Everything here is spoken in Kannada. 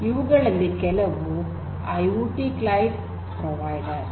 ಇವುಗಳಲ್ಲಿ ಕೆಲವುಗಳು ಐಓಟಿ ಕ್ಲೌಡ್ ಪ್ರೊವಿಡೆರ್ಸ್